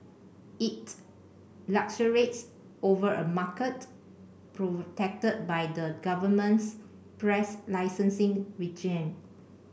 it luxuriates over a market protected by the government's press licensing regime